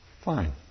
Fine